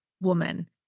woman